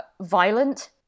violent